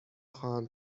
خواهم